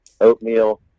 oatmeal